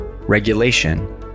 regulation